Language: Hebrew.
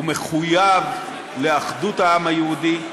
הוא מחויב לאחדות העם היהודי,